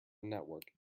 network